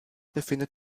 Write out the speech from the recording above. befindet